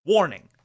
Warning